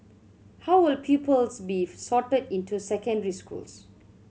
how will pupils be sorted into secondary schools